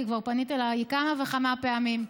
כי כבר פנית אליי כמה וכמה פעמים,